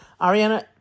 Ariana